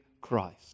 Christ